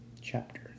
chapter